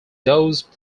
those